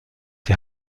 die